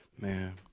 Man